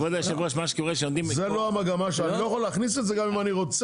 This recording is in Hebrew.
אני לא יכול להכניס את זה גם אם אני רוצה,